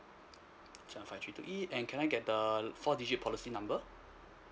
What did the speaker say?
seven five three two E and can I get the four digit policy number